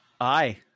Aye